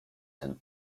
ten